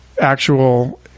actual